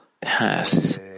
pass